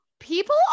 people